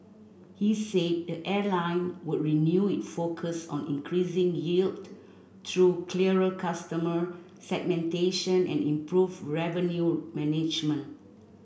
he said the airline would renew its focus on increasing yield through clearer customer segmentation and improved revenue management